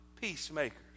peacemakers